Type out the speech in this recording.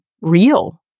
real